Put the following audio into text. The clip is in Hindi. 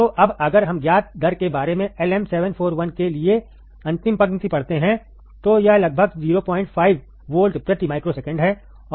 तो अब अगर हम ज्ञात दर के बारे में LM741 के लिए अंतिम पंक्ति पढ़ते हैं तो यह लगभग 05 वोल्ट प्रति माइक्रोसेकंड है